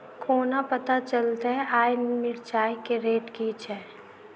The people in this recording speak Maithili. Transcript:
कोना पत्ता चलतै आय मिर्चाय केँ रेट की छै?